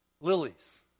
lilies